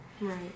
right